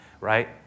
right